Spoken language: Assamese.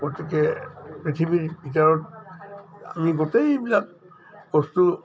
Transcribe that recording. গতিকে পৃথিৱীৰ ভিতৰত আমি গোটেইবিলাক বস্তু